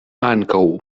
ankaŭ